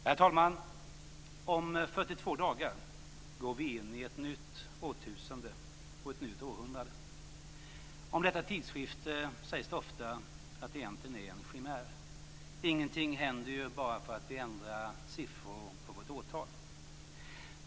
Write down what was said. Herr talman! Om 42 dagar går vi in i ett nytt årtusende och ett nytt århundrade. Om detta tidsskifte sägs det ofta att det egentligen är en chimär. Ingenting händer ju bara för att vi ändrar siffror på vårt årtal.